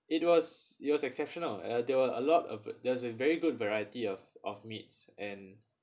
it was it was exceptional uh there were a lot of it there's a very good variety of of meats and